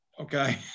Okay